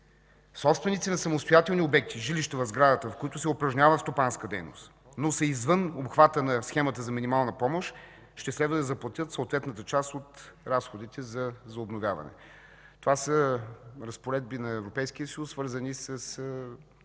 Собственици на самостоятелни обекти жилища в сградата, в които се упражнява стопанска дейност, но са извън обхвата на схемата за минимална помощ, ще следва да заплатят съответната част от разходите за обновяване. Това са разпоредби на Европейския съюз, свързани с